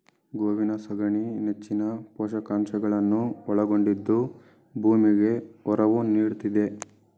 ಗೋವಿನ ಸಗಣಿ ನೆಚ್ಚಿನ ಪೋಷಕಾಂಶಗಳನ್ನು ಒಳಗೊಂಡಿದ್ದು ಭೂಮಿಗೆ ಒರವು ನೀಡ್ತಿದೆ